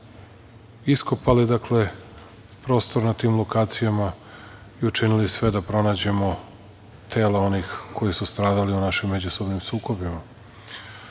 iskopali prostor na tim lokacijama i učinili sve da pronađemo tela onih koji su stradali u našim međusobnim sukobima. Voleo